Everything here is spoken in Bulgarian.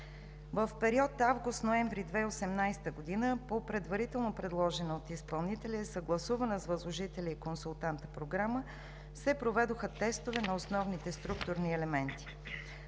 В периода август-ноември 2018 г. по предварително предложена от изпълнителя и съгласувана с възложителя и консултанта програма се проведоха тестове на основните структурни елементи